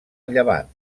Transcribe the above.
llevant